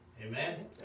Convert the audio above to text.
Amen